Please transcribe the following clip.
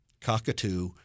cockatoo